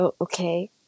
okay